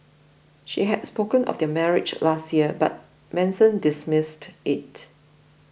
she had spoken of their marriage last year but Manson dismissed it